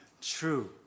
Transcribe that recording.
true